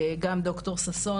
גם ד"ר ששון,